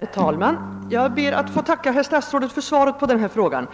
Herr talman! Jag ber att få tacka herr statsrådet för svaret på min fråga.